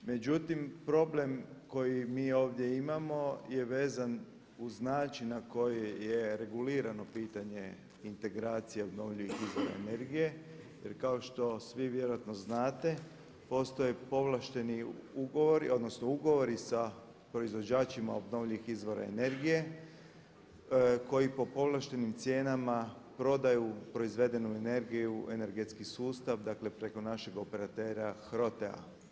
Međutim problem koji mi ovdje imamo je vezan uz način na koji je regulirano pitanje integracije obnovljivih izvora energije jer kao što svi vjerojatno znate postoje povlašteni ugovori, odnosno ugovori sa proizvođačima obnovljivih izvora energije koji po povlaštenim cijenama prodaju proizvedenu energiju u energetski sustav, dakle preko našeg operatera HROTE-a.